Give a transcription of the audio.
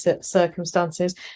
circumstances